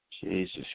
Jesus